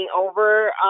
over